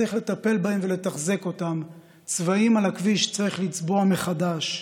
צריך לטפל בהן ולתחזק אותן: צבעים על הכביש צריך לצבוע מחדש,